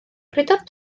crwydrodd